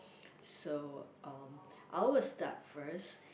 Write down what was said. so um I will start first